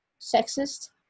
sexist